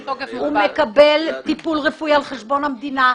הוא מקבל טיפול רפואי על חשבון המדינה.